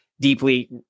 deeply